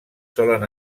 solen